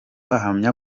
ahamya